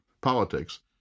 politics